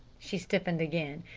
she stiffened again,